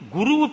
Guru